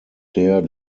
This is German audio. der